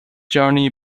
journey